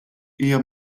hija